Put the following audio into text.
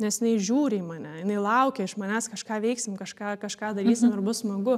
nes jinai žiūri į mane jinai laukia iš manęs kažką veiksim kažką kažką darysim ir bus smagu